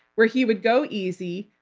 where he would go easy,